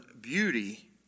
beauty